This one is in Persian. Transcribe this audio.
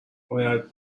باید